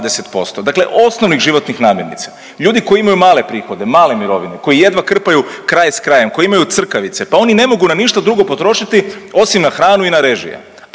dakle osnovnih životnih namirnica. Ljudi koji imaju male prihode, male mirovine, koji jedva krpaju kraj s krajem, koji imaju crkavice pa oni ne mogu na ništa drugo potrošiti osim na hranu i na režije,